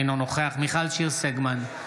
אינו נוכח מיכל שיר סגמן,